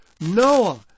Noah